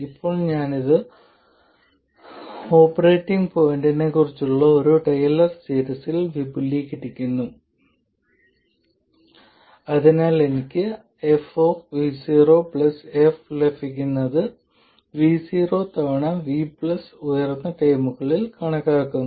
ഇപ്പോൾ ഞാൻ ഇത് ഓപ്പറേറ്റിംഗ് പോയിന്റിനെക്കുറിച്ചുള്ള ഒരു ടെയ്ലർ സീരീസിൽ വിപുലീകരിക്കുന്നു അതിനാൽ എനിക്ക് f f ലഭിക്കുന്നത് V0 തവണ v പ്ലസ് ഉയർന്ന ഓർഡർ ടേമുകളിൽ കണക്കാക്കുന്നു